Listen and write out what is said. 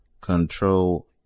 control